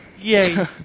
Yay